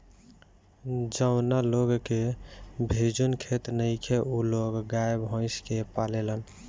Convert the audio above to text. जावना लोग के भिजुन खेत नइखे उ लोग गाय, भइस के पालेलन